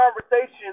conversation